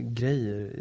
grejer